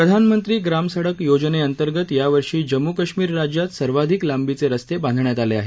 प्रधानमंत्री ग्रामसडक योजनेअंतर्गत यावर्षी जम्मू कश्मीर राज्यात सर्वाधिक लांबीचे रस्ते बांधण्यात आले आहेत